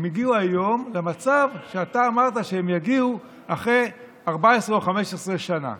הם הגיעו היום למצב שאתה אמרת שהם יגיעו אליו אחרי 14 או 15 שנה.